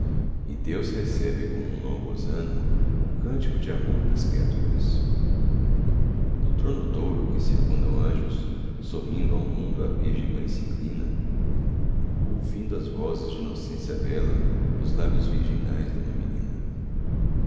deus recebe como um longo hosana o cântico de amor das criaturas do trono douro que circundam anjos sorrindo ao mundo a virgem mãe sinclina ouvindo as vozes dinocência bela dos lábios virginais duma menina